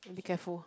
be careful